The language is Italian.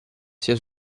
sia